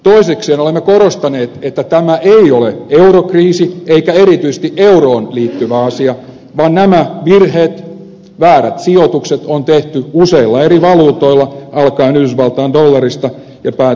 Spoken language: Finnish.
toisekseen olemme korostaneet että tämä ei ole eurokriisi eikä erityisesti euroon liittyvä asia vaan nämä virheet väärät sijoitukset on tehty useilla eri valuutoilla alkaen yhdysvaltain dollarista ja päätyen islannin kruunuun